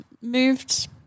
moved